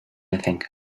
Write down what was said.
anything